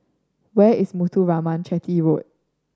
where is Muthuraman Chetty Road